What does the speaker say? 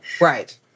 Right